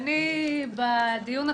אני אומר רק אמירה